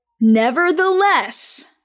Nevertheless